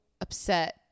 upset